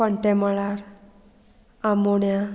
पोंटेमोळार आमोण्या